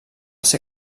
ser